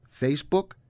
Facebook